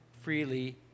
freely